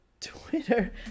Twitter